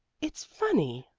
it's funny,